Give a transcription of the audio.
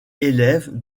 élève